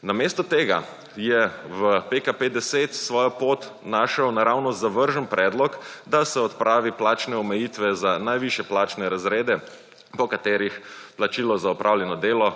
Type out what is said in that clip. Namesto tega je v PKO 10 svojo pote našel naravnost zavržen predlog, da se odpravi plačne omejitve za najvišje plačne razrede po katerih plačilo za opravljeno delo